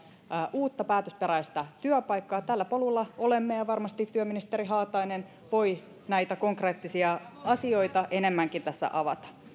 uutta päätösperäistä työpaikkaa tällä polulla olemme ja ja varmasti työministeri haatainen voi näitä konkreettisia asioita enemmänkin tässä avata